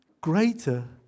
greater